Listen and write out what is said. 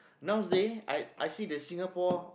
nowadays I I see the Singapore